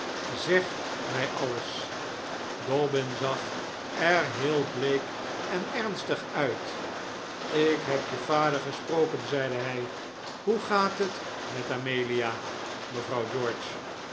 zeg mij alles dobbin zag er heel bleek en ernstig uit ik heb je vader gesproken zeide hij hoe gaat het met amelia mevrouw george